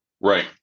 Right